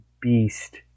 beast